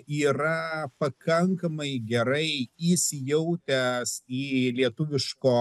yra pakankamai gerai įsijautęs į lietuviško